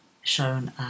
shown